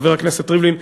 חבר הכנסת ריבלין,